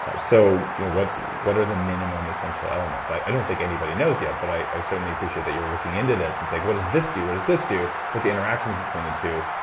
ah so you know what what are the minimum essential elements? i don't think anybody knows yet, but i certainly appreciate that you're looking into this and say, what does this do? what does this do? but the interactions between the two,